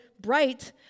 bright